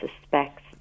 suspects